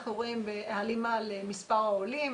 אנחנו רואים בהלימה למספר העולים,